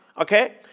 Okay